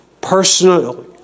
personally